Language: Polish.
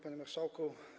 Panie Marszałku!